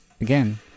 Again